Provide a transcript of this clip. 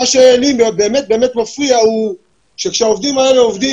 מה שלי באמת מפריע הוא שכשהעובדים האלה עובדים